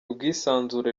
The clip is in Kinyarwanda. ubwisanzure